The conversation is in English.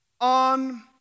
on